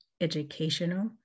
educational